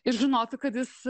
ir žinotų kad jis